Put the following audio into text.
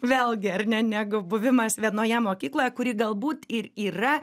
vėlgi ar ne negu buvimas vienoje mokykloje kuri galbūt ir yra